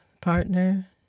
partner